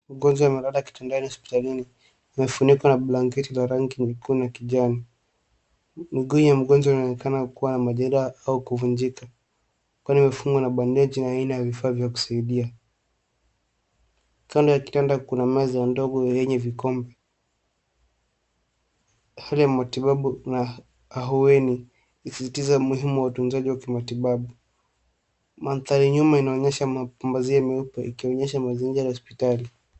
Mgonjwa amelala kitandani cha hospitali amefunikwa na blanketi iliona rangi nyekundu na kijani. Miguuu ya mgonjwa inaonekana kuwa na majeraha au kuvunjika kwani imefungwa na bandeji na haina ya vifaa vya kuasaidia. Kando ya kitanda kuna meza dogo yenye vikombe, hali ya matibabu na hahueni na ilisisitiza umuhimu wa kimatibabu .Madhari nyuma inaonyesha mapazia meupe ikionyesha madhari ya hospitali.